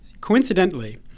Coincidentally